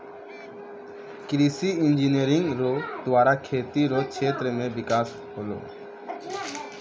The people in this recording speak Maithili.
कृषि इंजीनियरिंग रो द्वारा खेती रो क्षेत्र मे बिकास होलै